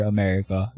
America